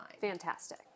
Fantastic